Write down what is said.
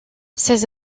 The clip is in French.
ses